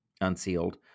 unsealed